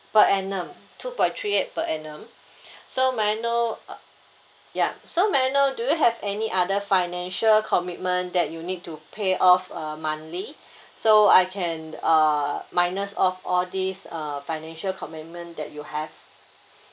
per annum two point three eight per annum so may I know uh yeah so may I know do you have any other financial commitment that you need to pay off uh monthly so I can uh minus off all these uh financial commitment that you have